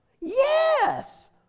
yes